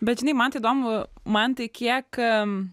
bet žinai man tai įdomu mantai kiek